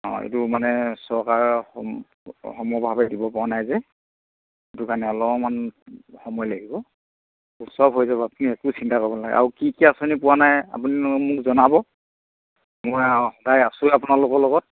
অঁ এইটো মানে চৰকাৰে সমভাৱে দিব পৰা নাই যে সেইটো কাৰণে অলপমান সময় লাগিব চব হৈ যাব আপুনি একো চিন্তা কৰিব নালাগে আৰু কি কি আঁচনি পোৱা নাই আপুনি মোক জনাব মই সদায় আছোৱে আপোনালোকৰ লগত